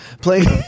playing